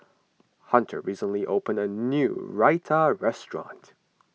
Hunter recently opened a new Raita restaurant